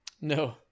No